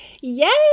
Yes